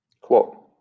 Quote